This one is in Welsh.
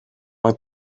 mae